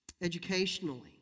educationally